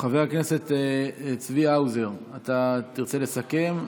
חבר הכנסת צבי האוזר, אתה תרצה לסכם?